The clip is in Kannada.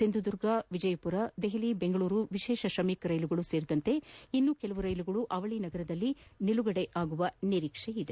ಸಿಂಧದುರ್ಗ ವಿಜಯಪುರ ದೆಹಲಿ ಬೆಂಗಳೂರು ವಿಶೇಷ ಶ್ರಮಿಕ್ ರೈಲುಗಳು ಸೇರಿದಂತೆ ಇನ್ನೂ ಕೆಲವು ರೈಲುಗಳು ಅವಳಿ ನಗರಗಳಲ್ಲಿ ನಿಲುಗಡೆಯಾಗುವ ನಿರೀಕ್ಷೆ ಇದೆ